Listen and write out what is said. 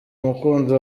umukunzi